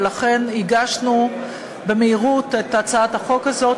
ולכן הגשנו במהירות את הצעת החוק הזאת,